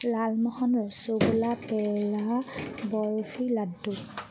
Lalmohan rasgulla peda barfi laddu